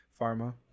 pharma